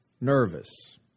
nervous